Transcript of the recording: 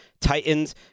Titans